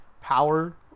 power